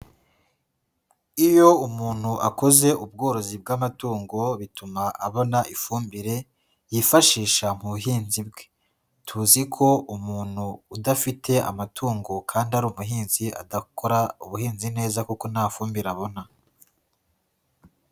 Iyo umuntu akoze ubworozi bw'amatungo bituma abona ifumbire, yifashisha mu buhinzi bwe. Tuzi ko umuntu udafite amatungo kandi ari umuhinzi adakora ubuhinzi neza kuko nta fumbire abona.